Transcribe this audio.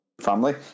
family